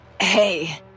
Hey